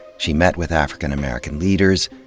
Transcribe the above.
she met with african american leaders,